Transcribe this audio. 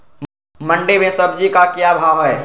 मंडी में सब्जी का क्या भाव हैँ?